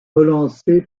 relancé